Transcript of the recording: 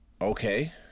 okay